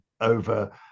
over